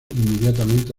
inmediatamente